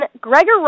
Gregor